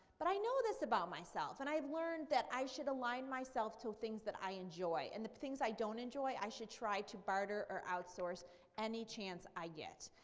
but i know this about myself, and i have learned that i should align myself to things that i enjoy, and the things i don't enjoy i should try to barter or outsource any chance i get.